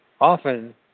often